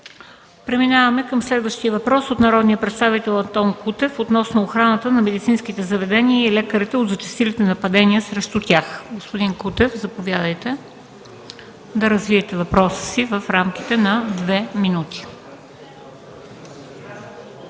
Преминаваме към следващия въпрос от народния представител Антон Кутев относно охраната на медицинските заведения и лекарите от зачестилите нападения срещу тях. Господин Кутев, заповядайте да развиете въпроса си в рамките на две минути.